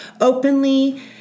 openly